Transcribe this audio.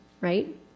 right